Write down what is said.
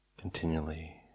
continually